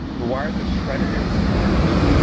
the wires are shredded and snatched.